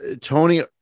tony